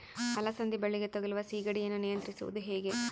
ಅಲಸಂದಿ ಬಳ್ಳಿಗೆ ತಗುಲುವ ಸೇಗಡಿ ಯನ್ನು ನಿಯಂತ್ರಿಸುವುದು ಹೇಗೆ?